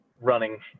running